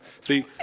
See